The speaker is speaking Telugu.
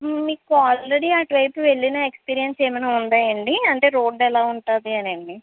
మీకు ఆల్రెడీ అటు వైపు వెళ్ళిన ఎక్సపీరియన్స్ ఏమైనా ఉన్నాయండి అంటే రోడ్ ఎలా ఉంటుంది అని అండి